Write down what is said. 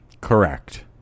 Correct